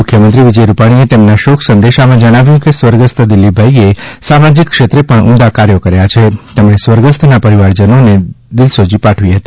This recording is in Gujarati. મુખ્યમંત્રીએ તેમના શોક સંદેશામાં જણાવ્યું કે સ્વર્ગસ્થ દિલીપભાઇએ સામાજિક ક્ષેત્રે પણ ઉમદા કાર્યો કર્યા છે તેમણે સ્વર્ગસ્થના પરિવારજનોને દિવસોજી પાઠવી હતી